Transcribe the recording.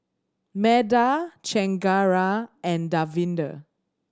Medha Chengara and Davinder